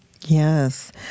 Yes